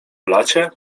blacie